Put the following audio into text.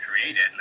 created